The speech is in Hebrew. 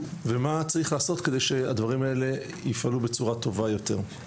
ומה צריך לעשות כדי שהדברים האלה יפעלו בצורה טובה יותר.